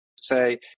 say